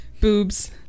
Boobs